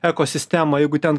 ekosistemą jeigu ten